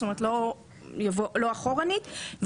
לא אחורנית,